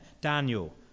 Daniel